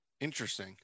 Interesting